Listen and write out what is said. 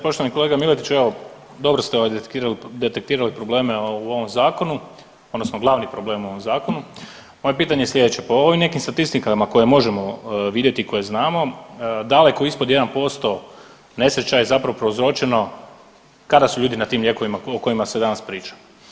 Poštovani kolega Miletiću, evo dobro ste ovaj detektirali probleme u ovom zakonu odnosno glavni problem u ovom Zakonu, moje pitanje je sljedeće, po ovim nekim statistikama koje možemo vidjeti i koje znamo, daleko ispod 1% nesreća je zapravo prouzročeno kada su ljudi na tim lijekovima o kojima se danas priča?